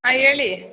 ಹಾಂ ಹೇಳಿ